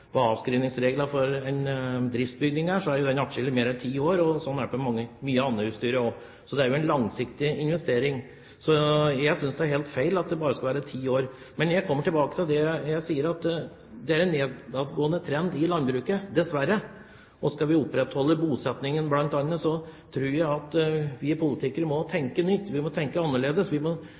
for en driftsbygning innebærer, er det atskillig mer enn ti år, og slik er det for mye utstyr også, så det er jo en langsiktig investering. Så jeg synes det er helt feil at det bare skal være ti år. Men jeg kommer tilbake til det jeg sa, at det er en nedadgående trend i landbruket, dessverre, og skal vi opprettholde bosettingen bl.a., tror jeg at vi politikere må tenke nytt, vi må tenke annerledes, vi må